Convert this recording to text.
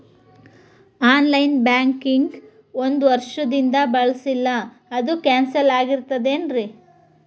On line banking ಒಂದ್ ವರ್ಷದಿಂದ ಬಳಸಿಲ್ಲ ಅದು ಕ್ಯಾನ್ಸಲ್ ಆಗಿರ್ತದೇನ್ರಿ?